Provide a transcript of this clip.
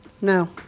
no